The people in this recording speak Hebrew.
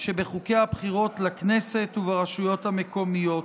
שבחוקי הבחירות לכנסת וברשויות המקומיות.